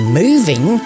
moving